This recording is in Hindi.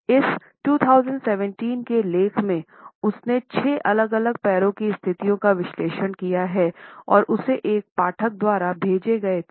इस 2017 के लेख में उसने छह अलग अलग पैरों की स्थिति का विश्लेषण किया है जो उसे एक पाठक द्वारा भेजे गए थे